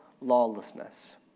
lawlessness